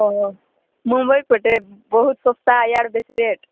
ଓ ମୁମ୍ବାଇ ପଟେ ବହୁତ ଶସ୍ତା ଇଆଡ଼େ ବେଶି ରେଟ୍